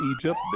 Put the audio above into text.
Egypt